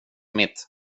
mitt